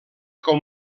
com